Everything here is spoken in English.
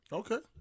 okay